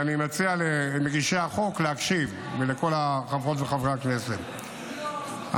ואני מציע למגישי החוק ולכל חברות וחברי הכנסת להקשיב,